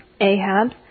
Ahab